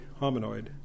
hominoid